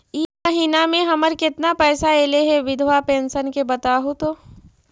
इ महिना मे हमर केतना पैसा ऐले हे बिधबा पेंसन के बताहु तो?